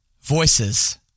voices